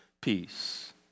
Peace